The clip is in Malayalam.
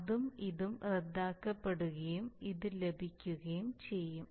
ഇതും ഇതും റദ്ദാക്കപ്പെടുകയും ഇത് ലഭിക്കുകയും ചെയ്യും